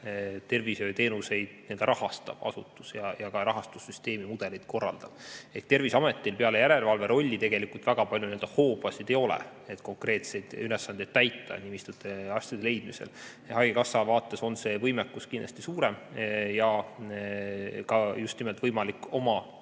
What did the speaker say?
tervishoiuteenuseid nii-öelda rahastav asutus ja ka rahastussüsteemi mudelit korraldav asutus. Terviseametil peale järelevalverolli tegelikult väga palju hoobasid ei ole, et täita konkreetseid ülesandeid nimistute ja arstide leidmisel. Haigekassa vaates on see võimekus kindlasti suurem. On ka just nimelt võimalik oma